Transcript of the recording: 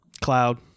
Cloud